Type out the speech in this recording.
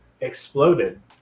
exploded